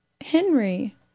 Henry